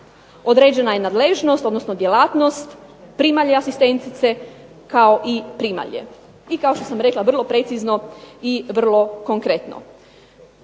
Određena je nadležnost odnosno djelatnost primalje asistentice kao i primalje i kao što sam rekla vrlo precizno i vrlo konkretno.